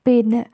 പിന്നെ